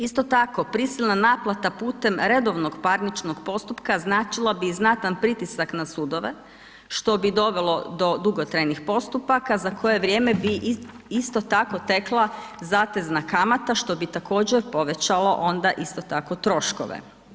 Isto tako, prisilna naplata putem redovnog parničnog postupka značila bi i znatan pritisak na sudove što bi dovelo do dugotrajnih postupaka za koje vrijeme bi isto tako tekla zatezna kamata što bi također povećalo onda isto tako troškove.